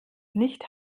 nicht